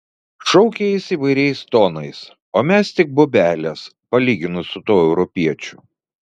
šaukė jis įvairiais tonais o mes tik bobelės palyginus su tuo europiečiu